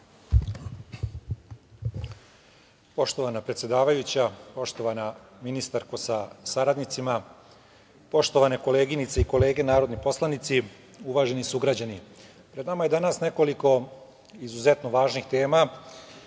Poštovana predsedavajuća, poštovana ministarko sa saradnicima, poštovane koleginice i kolege narodni poslanici, uvaženi sugrađani, pred nama je danas nekoliko izuzetno važnih tema,